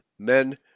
Men